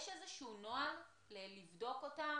יש איזשהו נוהל לבדוק אותם?